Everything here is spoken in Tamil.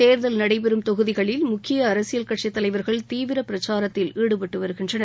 தேர்தல் நடைபெறும் தொகுதிகளில் முக்கிய அரசியல் தலைவர்கள் தீவிர பிரச்சாரத்தில் ஈடுபட்டு வருகின்றனர்